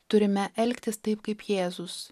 turime elgtis taip kaip jėzus